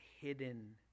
hidden